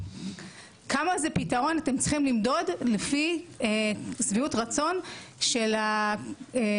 כמה זה פתרון אתם צריכים למדוד לפי שביעות רצון של המטופלים.